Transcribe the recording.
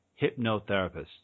hypnotherapist